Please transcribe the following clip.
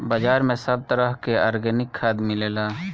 बाजार में सब तरह के आर्गेनिक खाद मिलेला